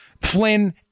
Flynn